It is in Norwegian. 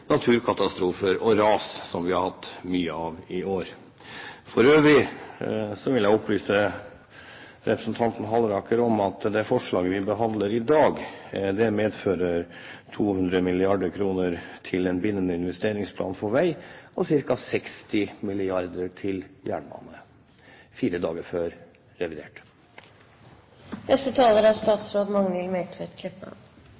naturkatastrofer og ras, som vi har hatt mye av i år. For øvrig vil jeg opplyse representanten Halleraker om at det forslaget vi behandler i dag, medfører 200 mrd. kr til en bindende investeringsplan for vei og ca. 60 mrd. kr til jernbane – fire dager før revidert. Eg skal berre gje to korte kommentarar. Den eine er